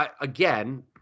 again